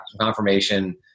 confirmation